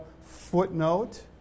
footnote